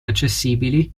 accessibili